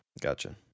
Gotcha